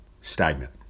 stagnant